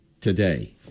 today